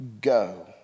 go